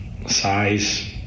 size